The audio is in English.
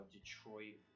Detroit